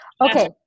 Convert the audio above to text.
Okay